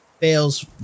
Fails